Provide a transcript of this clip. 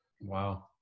Wow